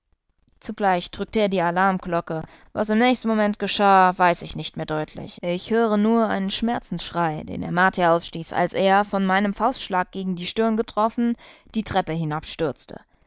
zugleich drückte er die alarmglocke was im nächsten augenblick geschah weiß ich nicht mehr deutlich ich höre nur einen schmerzensschrei den der martier ausstieß als er von meinem faustschlag gegen die stirn getroffen die treppe